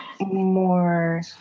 more